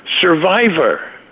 Survivor